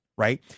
right